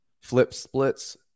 Flip-splits